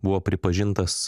buvo pripažintas